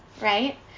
right